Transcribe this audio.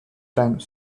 time